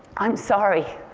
i'm sorry.